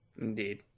Indeed